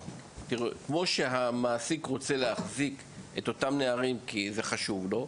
כמו שהמעסיק רוצה להחזיק את אותו מעסיק כי זה חשוב לו,